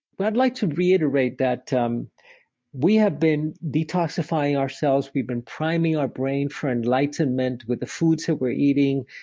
but i'd like to reiterate that um we have been detoxifying ourselves, we've been priming our brain for enlightenment with the foods that we're eating,